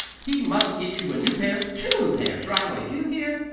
he must get you a new pair two new pairs, right away. do you hear?